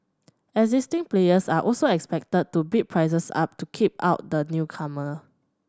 existing players are also expected to bid prices up to keep out the newcomer